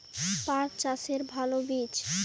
পাঠ চাষের ভালো বীজ?